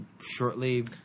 shortly